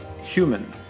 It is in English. Human